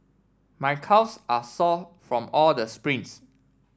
my calves are sore from all the sprints